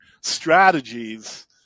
strategies